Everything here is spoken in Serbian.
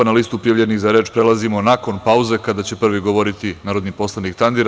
Na listu prijavljenih za reč prelazimo nakon pauze kada će prvi govoriti narodni poslanik Tandir.